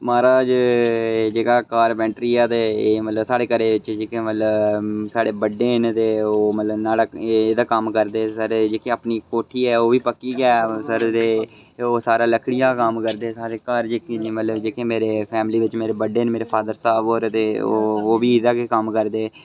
महाराज जेह्का कारपैंट्री ऐ ते एह् मतलब साढ़े घरै च जेह्के मतलब साढ़े बड्डे न ते ओह् मतलब नुआढ़ा एह्दा कम्म करदे सारे जेह्के अपनी कोठी ऐ ओह् बी पक्की गै ऐ होर सारें ओह् सारा लक्कड़ियें दा कम्म करदे सारे घर जेह्के मतलब जेह्के मेरे फैमली बिच्च मेरे बड्डे न मेरे फादर साह्ब होर ते ओह् ओह् बी एह्दा गै कम्म करदे